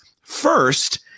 First